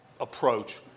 approach